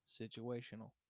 situational